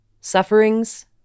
sufferings